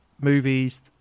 movies